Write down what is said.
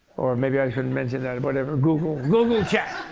or maybe i shouldn't mention that, whatever google google chat.